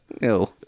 Ew